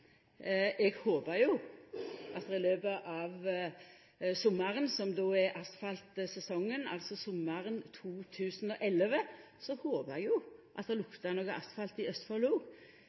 Eg håpar jo at det i løpet av sommaren – som då er asfaltsesongen – altså sommaren 2011, lukta noko asfalt i Østfold òg, for det vart iallfall lagt noko asfalt, som det vart i